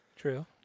True